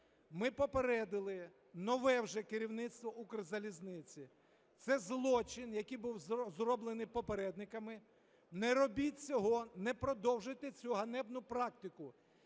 Ми попередили нове вже керівництво Укрзалізниці: це злочин, який був зроблений попередниками, не робіть цього, не продовжуйте цю ганебну практику,